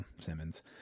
Simmons